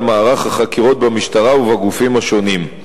מערך החקירות במשטרה ובגופים השונים.